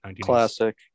Classic